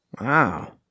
Wow